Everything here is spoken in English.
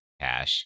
cash